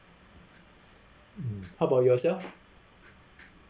mm how about yourself